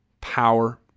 Power